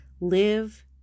live